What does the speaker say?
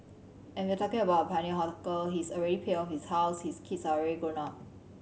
and if you're talking about a pioneer hawker he's already paid off his house his kids are already grown up